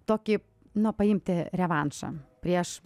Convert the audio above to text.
tokį nu paimti revanšą prieš